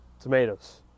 tomatoes